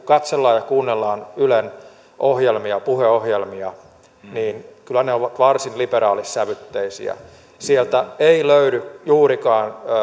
katselemme ja kuuntelemme ylen ohjelmia puheohjelmia että ne ovat varsin liberaalissävytteisiä sieltä ei löydy juurikaan